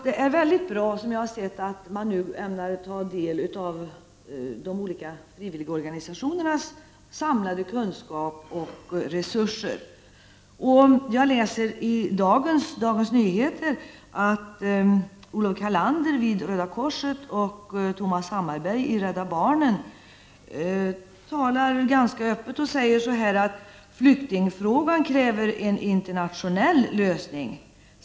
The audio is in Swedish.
Det är mycket bra att man nu ämnar ta del av de olika frivilligorganisationernas samlade kunskap och resurser. Jag läser i Dagens Nyheter i dag att Olof Karlander i Röda korset och Thomas Hammarberg i Rädda barnen talar ganska öppet och säger att ”flyktingfrågan kräver en internationell lösning.